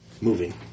moving